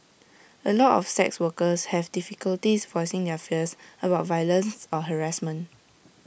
A lot of sex workers have difficulties voicing their fears about violence or harassment